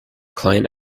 client